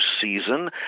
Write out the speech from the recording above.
season